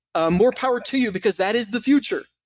ah more power to you, because that is the future.